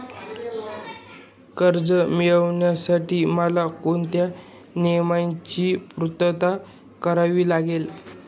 कर्ज मिळविण्यासाठी मला कोणत्या नियमांची पूर्तता करावी लागेल?